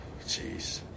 Jeez